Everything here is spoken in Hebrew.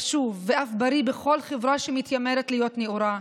חשוב ואף בריא בכל חברה שמתיימרת להיות נאורה.